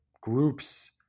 groups